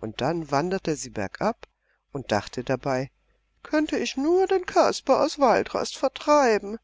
und dann wanderte sie bergab und dachte dabei könnte ich nur den kasper aus waldrast vertreiben